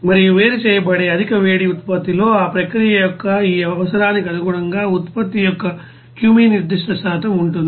మరియు వేరు చేయబడే అధిక వేడి ఉత్పత్తిలో ఆ ప్రక్రియ యొక్క ఆ అవసరానికి అనుగుణంగా ఉత్పత్తి యొక్క క్యూమీన్ నిర్దిష్ట శాతం ఉంటుంది